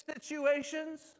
situations